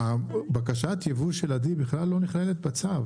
בקשת היבוא של עדי בכלל לא נכללת בצו.